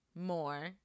More